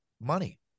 money